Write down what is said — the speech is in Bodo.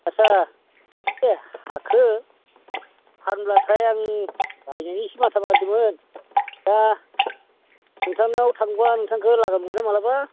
आत्सा बे हाखो फानब्लाथाय आं बायनायनि इसि माथा मारिदोंमोन दा नोंथांनाव थांबा नोंथांखौ लागो मोनगोनना मालाबा